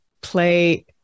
play